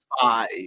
five